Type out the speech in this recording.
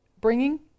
bringing